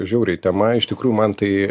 žiauriai tema iš tikrųjų man tai